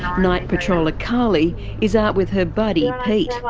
night patroller carly is out with her buddy pete,